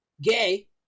Gay